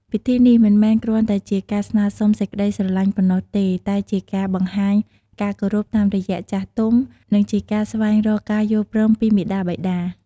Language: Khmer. ពិធីនេះមិនមែនគ្រាន់តែជាការស្នើសុំសេចក្ដីស្រឡាញ់ប៉ុណ្ណោះទេ តែជាការបង្ហាញការគោរពតាមរយៈចាស់ទុំ និងជាការស្វែងរកការយល់ព្រមពីមាតាបិតា។